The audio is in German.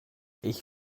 ich